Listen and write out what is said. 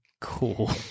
Cool